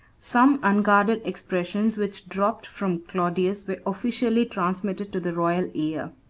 some unguarded expressions which dropped from claudius were officiously transmitted to the royal ear.